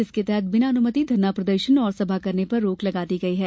जिसके तहत बिना अनुमति धरना प्रदर्शन और सभा करने पर रोक लगा दी है